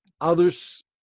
others